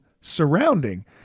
surrounding